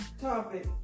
topic